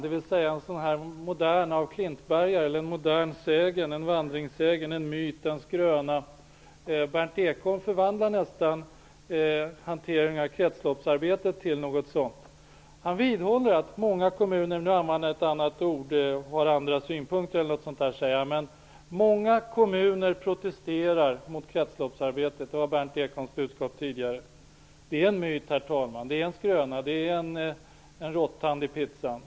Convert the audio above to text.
Det är en modern af Klintbergare, en modern vandringssägen, en myt eller en skröna. Berndt Ekholm förvandlar nästan hanteringen av kretsloppsarbetet till något sådant. Han vidhåller att många kommuner protesterar -- han använde ett annat ord -- mot kretsloppsarbetet. Det var Berndt Ekholms budskap tidigare. Det är en myt och en skröna. Det är detsamma som talet om rått-tanden i pizzan.